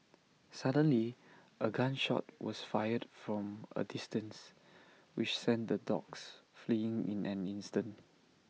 suddenly A gun shot was fired from A distance which sent the dogs fleeing in an instant